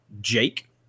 Jake